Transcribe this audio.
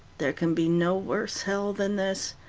there can be no worse hell than this.